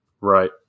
Right